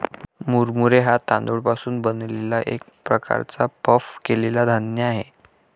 मुरमुरे हा तांदूळ पासून बनलेला एक प्रकारचा पफ केलेला धान्य आहे